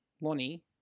Lonnie